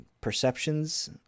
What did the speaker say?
perceptions